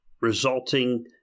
resulting